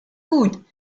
gut